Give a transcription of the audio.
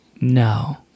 No